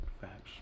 Facts